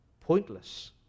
pointless